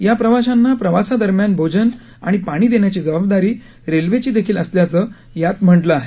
या प्रवाशांना प्रवासा दरम्यान भोजन आणि पाणी देण्याची जबाबदारी रेल्वेची देखील असल्याचं यात म्हटलं आहे